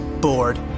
bored